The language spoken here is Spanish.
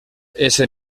ese